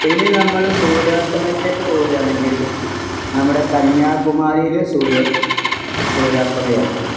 ഇനി നമ്മൾ സൂര്യാസ്തമയത്തേക്ക് പോകുകയാണെങ്കിൽ നമ്മുടെ കന്യാ കുമാരിയിലെ സൂര്യോ സൂര്യാസ്തമയം